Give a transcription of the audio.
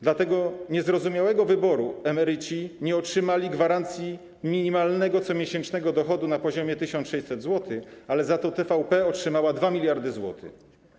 Z racji tego niezrozumiałego wyboru emeryci nie otrzymali gwarancji minimalnego comiesięcznego dochodu na poziomie 1600 zł, ale za to TVP otrzymała 2 mld zł.